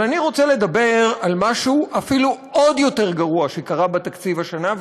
אבל אני רוצה לדבר על משהו גרוע אפילו עוד יותר שקרה בתקציב השנה,